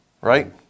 right